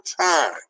time